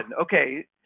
Okay